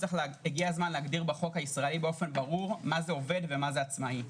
הגיע הזמן להגדיר בחוק הישראלי באופן ברור מה זה עובד ומה זה עצמאי.